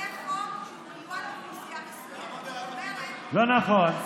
זה חוק לאוכלוסייה מסוימת, לא נכון.